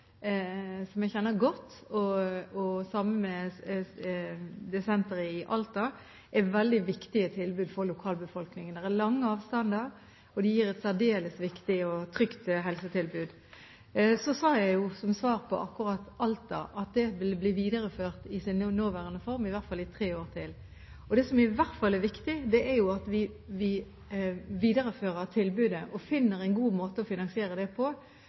som jeg kjenner godt, og det samme med senteret i Alta, er veldig viktige tilbud for lokalbefolkningen. Det er lange avstander, og de gir et særdeles viktig og trygt helsetilbud. Så sa jeg som svar på spørsmålet om situasjonen i Alta at det vil bli videreført i sin nåværende form, i hvert fall i tre år til. Det som i hvert fall er viktig, er at vi viderefører tilbudet og finner en god måte å finansiere det på,